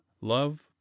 love